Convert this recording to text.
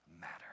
matter